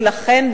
ולכן,